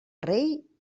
rei